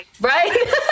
Right